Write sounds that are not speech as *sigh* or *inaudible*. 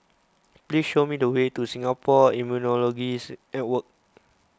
please show me the way to Singapore Immunology *unintelligible* Network